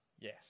yes